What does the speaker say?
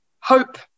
Hope